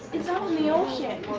it's out in the ocean.